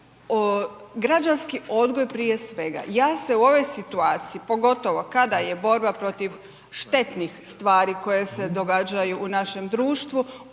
građanski odgoj prije svega, ja se u ovoj situaciji pogotovo kada je borba protiv štetnih stvari koje se događaju u našem društvu